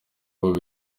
ubu